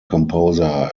composer